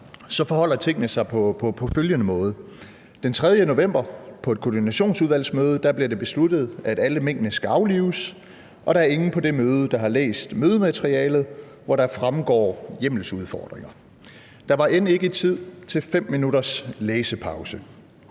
forholder tingene sig på følgende måde: Den 3. november 2020 på et koordinationsudvalgsmøde blev det besluttet, at alle minkene skulle aflives, og der var ingen på det møde, som havde læst mødematerialet, hvoraf der fremgår hjemmelsudfordringer. Der var end ikke tid til 5 minutters læsepause.